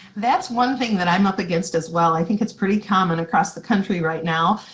that's one thing that i'm up against, as well. i think it's pretty common across the country, right now.